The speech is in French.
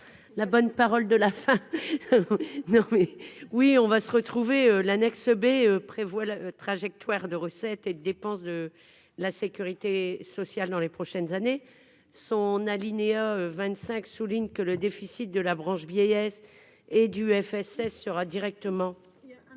la bonne parole de la fin non oui. Oui, on va se retrouver l'annexe B prévoit la trajectoire de recettes et de dépenses de la Sécurité sociale dans les prochaines années son alinéa 25, souligne que le déficit de la branche vieillesse et du FSS sera directement.